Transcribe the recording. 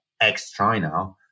ex-China